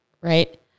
right